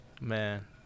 Man